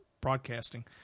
broadcasting